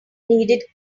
needed